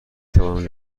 توانم